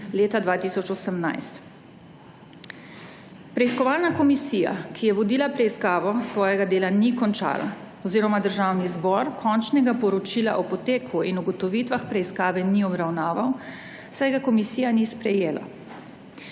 leta 2018. Preiskovalna komisija, ki je vodila preiskavo, svojega dela ni končala oziroma Državni zbor končnega poročila o poteku in ugotovitvah preiskave ni obravnaval, saj ga komisija ni sprejela.